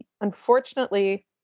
unfortunately